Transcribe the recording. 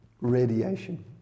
radiation